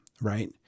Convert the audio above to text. right